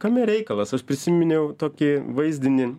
kame reikalas aš prisiminiau tokį vaizdinį